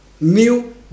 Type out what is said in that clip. new